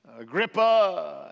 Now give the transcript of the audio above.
Agrippa